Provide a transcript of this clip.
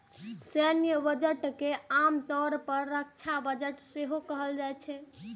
सैन्य बजट के आम तौर पर रक्षा बजट सेहो कहल जाइ छै